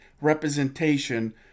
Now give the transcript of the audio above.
representation